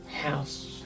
house